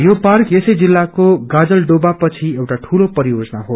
यो पार्क यसै जिल्लाको गाजलडोबा पछि एउटा दूलो परियोजना हो